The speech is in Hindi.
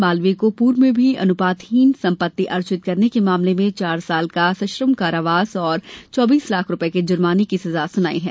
मालवीय को पूर्व में भी अनुपातहीन सम्पत्ति अर्जीत करने के मामले में चार साल का सश्रम कारावास और चौबीस लाख रूपये के जुर्माने की सजा सुनाई है